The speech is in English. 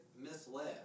misled